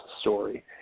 story